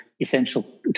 Essential